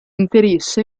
inserisce